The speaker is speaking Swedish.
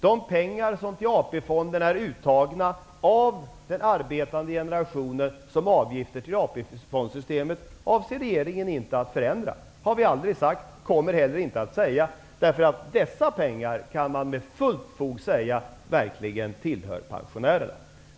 De pengar som till AP-fonderna är uttagna av den arbetande generationen som avgifter till AP fondssystemet avser regeringen inte att förändra. Det har vi aldrig sagt, och det kommer vi inte heller att säga. Dessa pengar kan man nämligen med fullt fog säga verkligen tillhör pensionärerna.